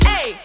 Hey